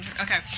Okay